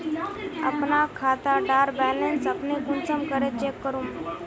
अपना खाता डार बैलेंस अपने कुंसम करे चेक करूम?